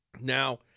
Now